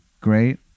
great